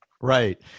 right